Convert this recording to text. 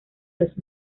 los